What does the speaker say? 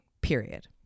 period